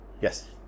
Yes